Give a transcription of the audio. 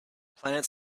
planet